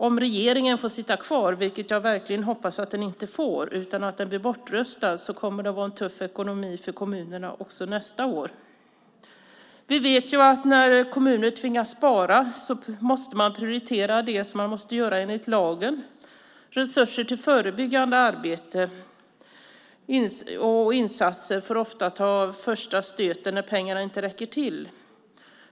Om regeringen får sitta kvar, vilket jag verkligen hoppas att den inte får utan blir bortröstad, kommer det att vara tufft ekonomiskt för kommunerna också nästkommande år. Vi vet också att man när kommuner tvingas spara måste prioritera det som enligt lagen måste göras. Resurser till förebyggande arbete och insatser får ofta ta första stöten när pengarna inte räcker till.